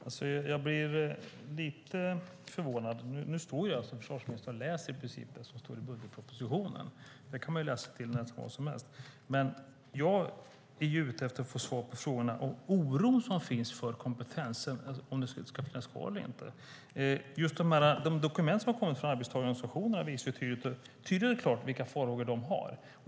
Herr talman! Jag blir lite förvånad att försvarsministern står och läser i princip det som står i budgetpropositionen när jag är ute efter att få svar på frågorna om oron som finns för om kompetensen ska finnas kvar eller inte. De dokument som har kommit från arbetstagarorganisationerna visar tydligt och klart vilka farhågor de har.